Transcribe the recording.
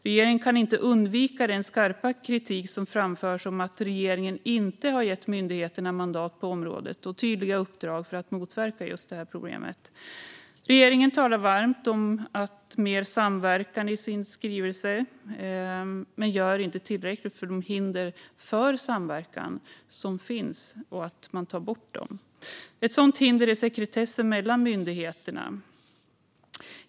Regeringen kan inte undvika den skarpa kritik som framförs om att regeringen inte har gett myndigheterna mandat på området och tydliga uppdrag för att motverka problemet. Regeringen talar varmt om mer samverkan i sin skrivelse men gör inte tillräckligt för att ta bort de hinder för samverkan som finns. Ett sådant hinder är sekretessen mellan myndigheterna.